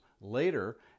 Later